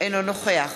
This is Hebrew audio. אינו נוכח